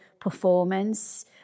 performance